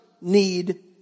need